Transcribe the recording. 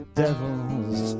devils